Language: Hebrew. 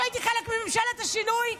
כשהייתי חלק ממשלת השינוי,